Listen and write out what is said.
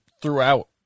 throughout